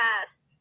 Yes